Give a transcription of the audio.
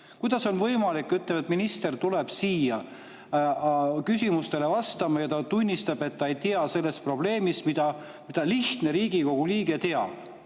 Kuidas on see võimalik, et minister tuleb siia küsimustele vastama ja ta tunnistab, et ta ei tea sellest probleemist, mida lihtne Riigikogu liige teab?